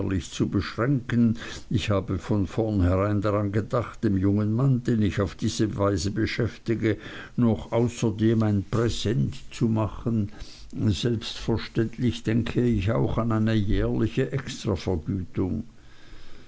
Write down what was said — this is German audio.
zu beschränken ich habe von vorneherein daran gedacht den jungen mann den ich auf diese weise beschäftige noch außerdem ein präsent zu machen selbstverständlich denke ich auch an eine jährliche